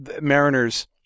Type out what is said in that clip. Mariners